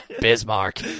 Bismarck